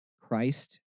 Christ